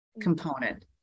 component